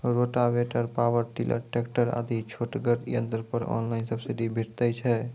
Rotavator, power tiller, tractor आदि छोटगर यंत्र पर ऑनलाइन सब्सिडी भेटैत छै?